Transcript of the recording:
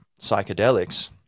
psychedelics